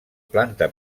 planta